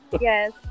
Yes